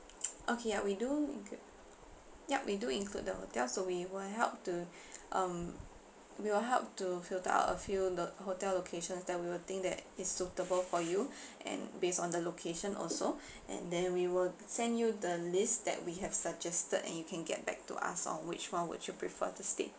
okay ya we do include ya we do include the hotel so we will help to um we will help to filter out a few lo~ hotel locations that we will think that is suitable for you and based on the location also and then we will send you the list that we have suggested and you can get back to us on which one would you prefer to stay